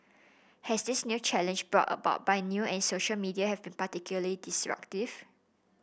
has this new challenge brought about by new and social media have been particularly disruptive